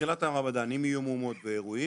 בתחילת הרמדאן אם יהיו מהומות ואירועים